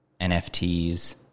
nfts